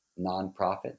nonprofit